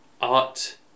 art